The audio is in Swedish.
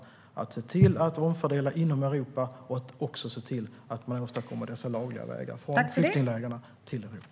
Det handlar om att se till att omfördela inom Europa och också se till att man åstadkommer dessa lagliga vägar från flyktingvägarna till Europa.